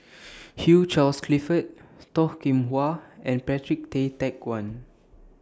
Hugh Charles Clifford Toh Kim Hwa and Patrick Tay Teck Guan